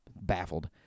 baffled